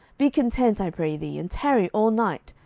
be content, i pray thee, and tarry all night,